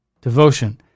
devotion